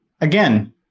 again